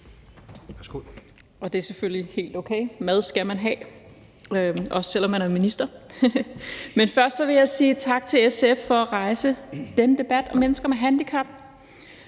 Det er selvfølgelig helt okay. Mad skal man have, også selv om man er minister. Først vil jeg sige tak til SF for at rejse denne debat om mennesker med handicap.